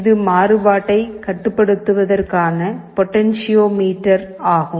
இது மாறுபாட்டைக் கட்டுப்படுத்துவதற்கான பொட்டென்சியோமீட்டர் ஆகும்